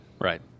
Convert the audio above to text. Right